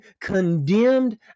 condemned